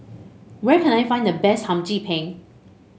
where can I find the best Hum Chim Peng